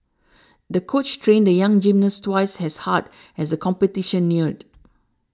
the coach trained the young gymnast twice as hard as the competition neared